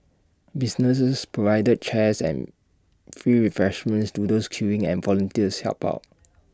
businesses provided chairs and free refreshments to those queuing and volunteers helped out